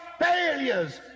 failures